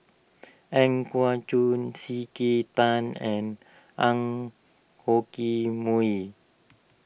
Ang Yau Choon C K Tang and Ang Yoke Mooi